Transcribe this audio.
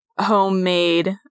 homemade